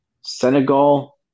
Senegal